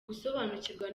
gusobanukirwa